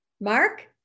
Mark